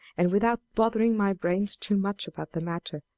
and without bothering my brains too much about the matter,